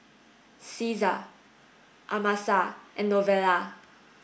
Caesar Amasa and Novella